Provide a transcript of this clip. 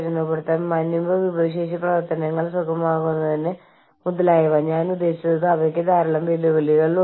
സ്ഥാപനത്തിന്റെ തൊഴിലാളികളുടെ തിരഞ്ഞെടുക്കപ്പെട്ട പ്രതിനിധികൾ ചേർന്നതാണ് വർക്ക്സ് കൌൺസിലുകൾ